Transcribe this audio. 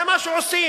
זה מה שעושים.